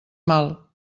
mal